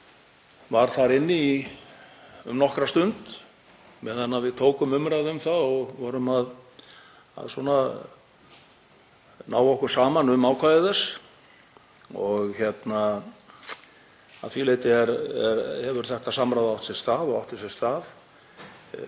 var þar inni um nokkra stund meðan við tókum umræðu um það og vorum að ná okkur saman um ákvæði þess. Að því leyti hefur þetta samráð átt sér stað og átti sér stað.